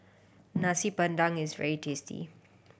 Nasi Padang is very tasty